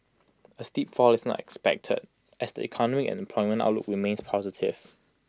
A steep fall is not expected as the economic and employment outlook remains positive